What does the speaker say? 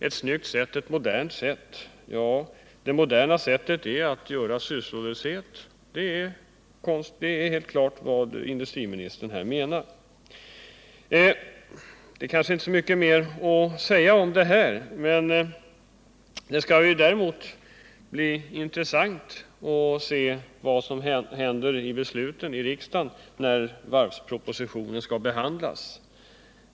Ett snygg och modernt sätt — ja, det moderna sättet är att skapa sysslolöshet. Det är helt klart vad industriministern menar. Det kanske inte är så mycket mer att säga om detta. Det skall däremot bli intressant att se vad som beslutas i riksdagen när varvspropositionen behandlas.